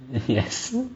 if you ask me